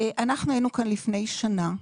אנחנו היינו כאן לפני שנה,